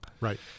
Right